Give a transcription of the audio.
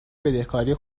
بدهکاری